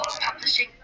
Publishing